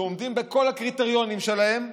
שעומדים בכל הקריטריונים שלהם,